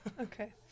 Okay